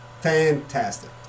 fantastic